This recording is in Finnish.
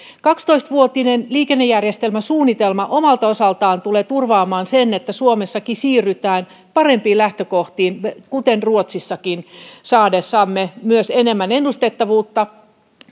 kaksitoista vuotinen liikennejärjestelmäsuunnitelma omalta osaltaan tulee turvaamaan sen että suomessakin siirrytään parempiin lähtökohtiin kuten ruotsissakin saadessamme enemmän ennustettavuutta